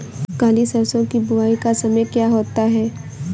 काली सरसो की बुवाई का समय क्या होता है?